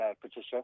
Patricia